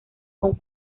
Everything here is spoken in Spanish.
con